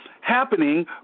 happening